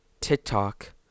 TikTok